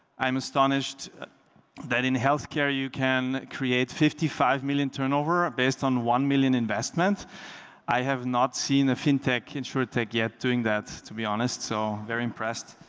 i'm astonished that in healthcare you can create fifty five million turnover ah based on one million investment i have not seen a fintech insurer take yet doing that to be honest. so very impressed